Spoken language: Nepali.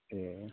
ए